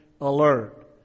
alert